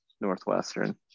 Northwestern